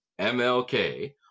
MLK